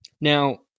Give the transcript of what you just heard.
Now